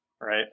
right